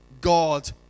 God